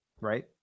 Right